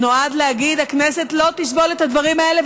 שנועד להגיד: הכנסת לא תסבול את הדברים האלה,